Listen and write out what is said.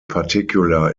particular